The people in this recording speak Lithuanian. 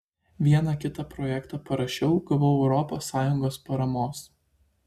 vieną kitą projektą parašiau gavau europos sąjungos paramos